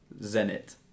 Zenit